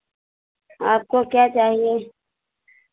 आपको क्या चाहिए